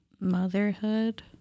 Motherhood